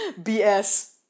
bs